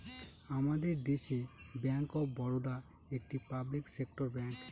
আমাদের দেশে bank of Baroda একটি পাবলিক সেক্টর ব্যাঙ্ক